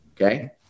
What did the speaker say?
okay